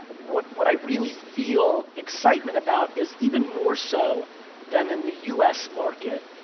what what i really feel excitement about is even more so than in the u s. market,